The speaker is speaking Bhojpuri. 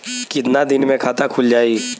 कितना दिन मे खाता खुल जाई?